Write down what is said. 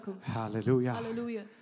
Hallelujah